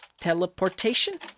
teleportation